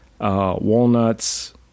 walnuts